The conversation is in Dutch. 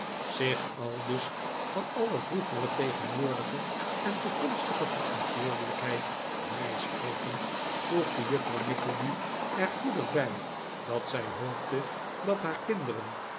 zich aldus van alle vroegere tegenwoordige en toekomstige verantwoordelijkheid vrijsprekend voegde juffrouw nickleby er goedig bij dat zij hoopte dat haar kinderen